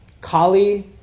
Kali